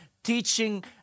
Teaching